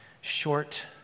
short